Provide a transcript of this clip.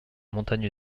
montagne